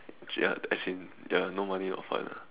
ya actually ya no money not fun ah